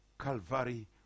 Calvary